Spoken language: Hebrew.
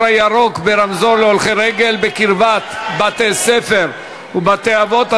הירוק ברמזור להולכי רגל בקרבת בתי-ספר ובתי-אבות),